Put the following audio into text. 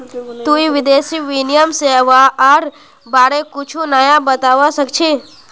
तुई विदेशी विनिमय सेवाआर बारे कुछु नया बतावा सक छी